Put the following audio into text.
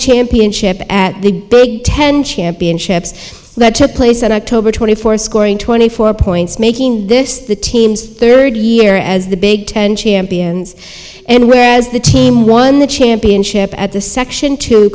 championship at the big ten championships that took place at october twenty fourth scoring twenty four points making this the team's third year as the big ten champions and whereas the team won the championship at the section